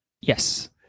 Yes